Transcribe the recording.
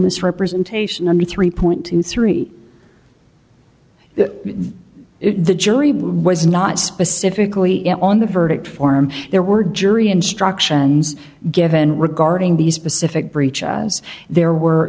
misrepresentation under three point two three that the jury was not specifically in on the verdict form there were jury instructions given regarding these specific breach as there were